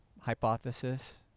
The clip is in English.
hypothesis